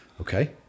okay